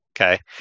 Okay